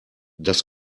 das